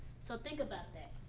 so think about that.